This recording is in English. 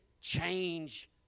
Change